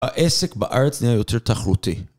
העסק בארץ נראה יותר תחרותי.